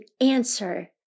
answer